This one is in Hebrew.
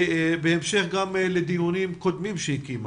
גם בהמשך לדיונים קודמים שהיא קיימה,